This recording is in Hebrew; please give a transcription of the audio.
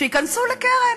שייכנסו לקרן.